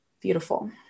beautiful